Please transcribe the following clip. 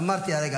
אמרתי הרגע.